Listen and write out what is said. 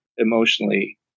emotionally